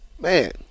man